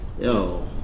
Yo